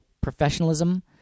professionalism